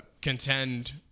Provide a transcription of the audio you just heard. contend